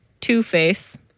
Two-Face